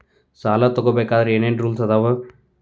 ಸಾಲ ತಗೋ ಬೇಕಾದ್ರೆ ಏನ್ ರೂಲ್ಸ್ ಅದಾವ?